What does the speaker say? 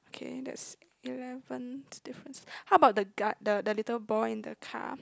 okay that's eleven differences how about the guy the the little boy in the car